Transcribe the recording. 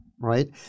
right